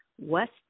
West